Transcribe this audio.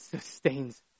sustains